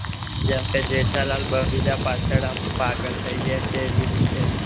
હં જેમકે જેઠાલાલ બબીતા પાછળ આમ પાગલ થઈ જાય છે એવી રીતે